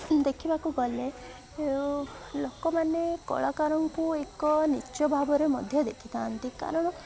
ଦେଖିବାକୁ ଗଲେ ଲୋକମାନେ କଳାକାରଙ୍କୁ ଏକ ନୀଚ୍ଚ ଭାବରେ ମଧ୍ୟ ଦେଖିଥାନ୍ତି କାରଣ